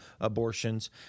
abortions